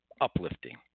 uplifting